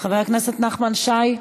חבר הכנסת נחמן שי,